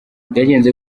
byagenze